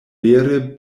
vere